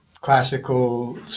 classical